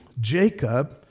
Jacob